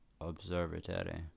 Observatory